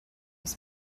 was